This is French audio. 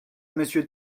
monsieur